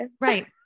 Right